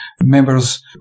members